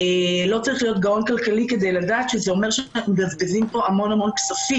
לא צריך להיות גאון כלכלי כדי לדעת שזה אומר שמבזבזים פה המון כספים.